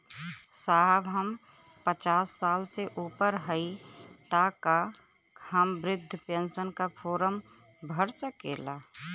साहब हम पचास साल से ऊपर हई ताका हम बृध पेंसन का फोरम भर सकेला?